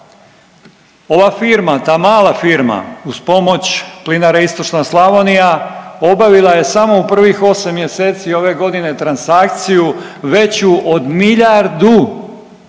ova firma, ta mala firma uz pomoć Plinare istočna Slavonija obavila je samo u prvih 8 mjeseci ove godine transakciju veću od milijardu